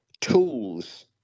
tools